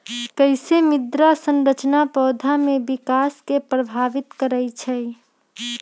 कईसे मृदा संरचना पौधा में विकास के प्रभावित करई छई?